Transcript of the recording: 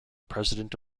president